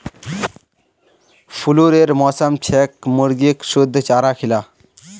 फ्लूरेर मौसम छेक मुर्गीक शुद्ध चारा खिला